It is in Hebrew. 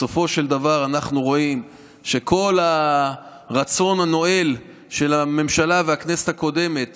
בסופו של דבר אנחנו רואים שכל הרצון הנואל של הממשלה והכנסת הקודמת